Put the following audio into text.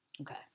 Okay